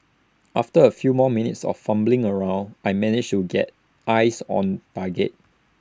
after A few more minutes of fumbling around I managed to get eyes on target